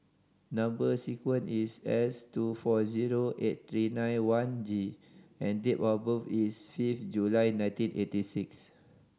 number sequence is S two four zero eight three nine one G and date of birth is fifth July nineteen eighty six